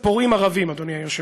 פורעים ערבים, אדוני היושב-ראש,